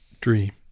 Dream